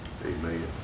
Amen